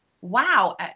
wow